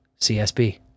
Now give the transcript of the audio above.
CSB